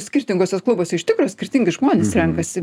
skirtinguose klubuose iš tikro skirtingi žmonės renkasi